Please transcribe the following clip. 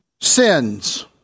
sins